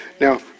Now